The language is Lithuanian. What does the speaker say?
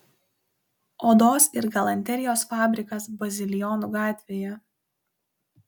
odos ir galanterijos fabrikas bazilijonų gatvėje